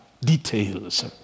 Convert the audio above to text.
details